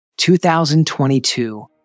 2022